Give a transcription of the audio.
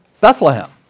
Bethlehem